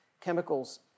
chemicals